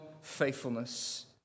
faithfulness